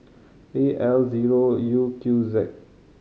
A L zero U Q Z